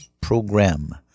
Program